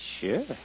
Sure